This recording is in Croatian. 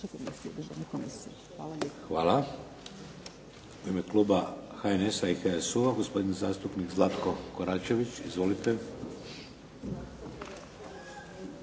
(HDZ)** Hvala. U ime kluba HNS-a i HSU-a gospodin zastupnik Zlatko Koračević. Izvolite.